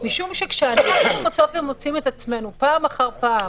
משום שכשאנחנו מוצאות ומוצאים את עצמנו פעם אחר פעם